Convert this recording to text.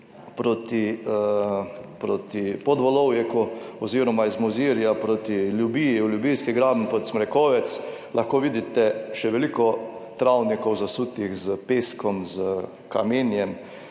proti pod Smrekovec oziroma iz Mozirja proti Ljubiji, v Ljubijski graben Podsmrekovec, lahko vidite še veliko travnikov zasutih s peskom, s kamenjem,